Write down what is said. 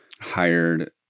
hired